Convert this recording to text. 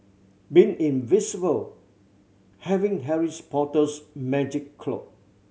being invisible having Harris Potter's magic cloak